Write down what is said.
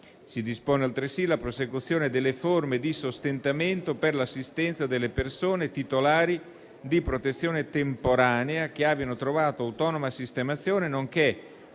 Si dispone altresì la prosecuzione delle forme di sostentamento per l'assistenza delle persone titolari di protezione temporanea che abbiano trovato autonoma sistemazione, nonché